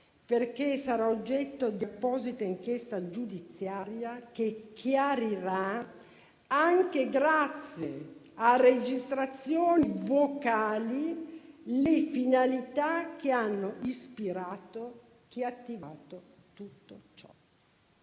perché sarà oggetto di apposita inchiesta giudiziaria che chiarirà, anche grazie a registrazioni vocali, le finalità che hanno ispirato chi ha attivato tutto ciò.